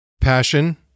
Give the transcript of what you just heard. passion